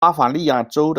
巴伐利亚州